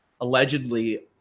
allegedly